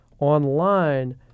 online